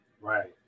Right